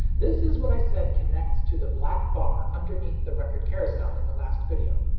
this is what i said connects to the black bar underneath the record carousel in the last video.